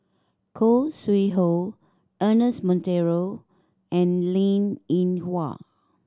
Khoo Sui Hoe Ernest Monteiro and Linn In Hua